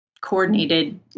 coordinated